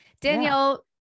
Danielle